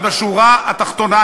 אבל בשורה התחתונה,